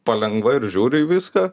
palengva ir žiūri į viską